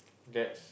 that's